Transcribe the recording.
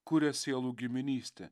kuria sielų giminystę